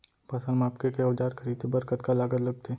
फसल मापके के औज़ार खरीदे बर कतका लागत लगथे?